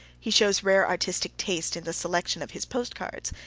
he shows rare artistic taste in the selection of his post cards.